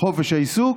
חופש העיסוק,